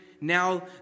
now